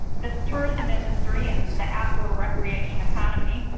this tourism industry and the outdoor recreation economy,